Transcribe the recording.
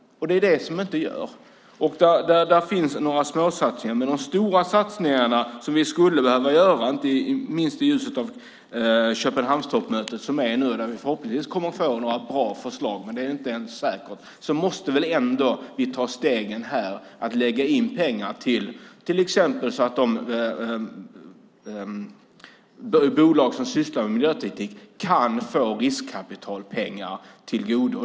Men det gör det inte. Det finns några småsatsningar. Men med tanke på de stora satsningar som skulle behöva göras, inte minst i ljuset av Köpenhamnstoppmötet som nu pågår - vi får förhoppningsvis några bra förslag, men det är inte säkert - måste ändå steg här tas och pengar tillföras så att de bolag som sysslar med miljöteknik kan få riskkapitalpengar.